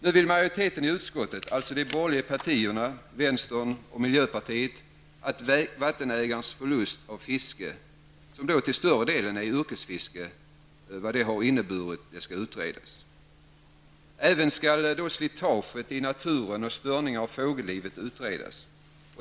Nu vill majoriteten i utskottet, dvs. de borgerliga partierna tillsammans med vänstern och miljöpartiet, att konsekvenserna av vattenägarnas förlust av fisket, som till större delen är yrkesfiske, skall utredas. Även slitaget i naturen och störningar av fågellivet skall utredas.